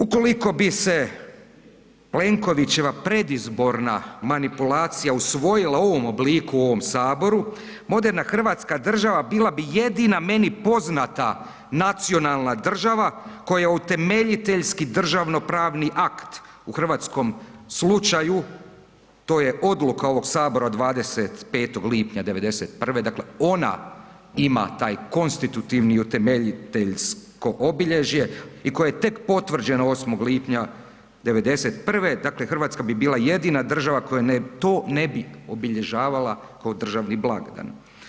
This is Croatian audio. Ukoliko bi se Plenkovića predizborna manipulacija usvojila u ovom obliku u ovom Saboru, moderna hrvatska država bila bi jedina meni poznata nacionalna država koja utemeljiteljski državno-pravni akt u hrvatskom slučaju, to je odluka ovog Sabora od 215. lipnja 1991., dakle ona ima taj konstitutivni i utemeljiteljsko obilježje i koje je tek potvrđeno 8. lipnja '91., dakle Hrvatska bi bila jedina država koja to ne bi obilježavala kao državni blagdan.